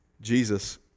Jesus